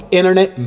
internet